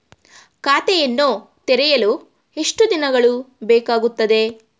ಖಾತೆಯನ್ನು ತೆರೆಯಲು ಎಷ್ಟು ದಿನಗಳು ಬೇಕಾಗುತ್ತದೆ?